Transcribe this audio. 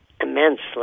immensely